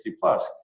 plus